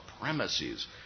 premises